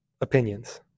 Opinions